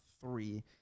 three